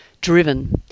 driven